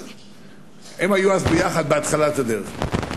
הם היו אז יחד, בהתחלת הדרך.